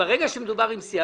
שברגע שמדובר עם סיעה,